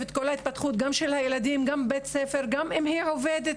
את כל ההתפתחות של הילדים וגם בית ספר וגם אם היא עובדת.